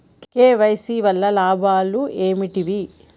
KYC వల్ల లాభాలు ఏంటివి?